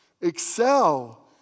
Excel